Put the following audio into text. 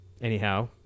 Anyhow